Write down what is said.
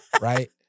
Right